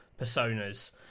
Personas